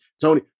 Tony